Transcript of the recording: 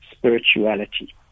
spirituality